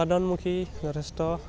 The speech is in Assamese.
উৎপাদনমুখী যথেষ্ট